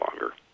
longer